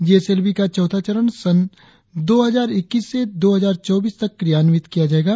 GSLV का चौथा चरण सन दो हजार इक्कीस से दो हजार चौबीस तक क्रियान्वित किया जाएगा